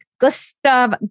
Gustav